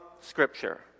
Scripture